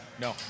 No